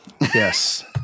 Yes